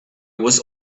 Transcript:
was